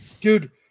dude